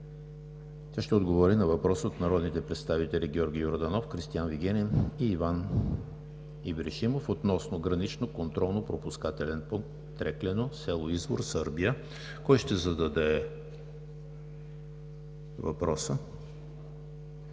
Тя ще отговори на въпрос от народните представители Георги Йорданов, Кристиан Вигенин и Иван Ибришимов относно Граничен контролно-пропускателен пункт „Трекляно“ – село Извор, Сърбия. Имате думата,